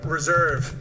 Reserve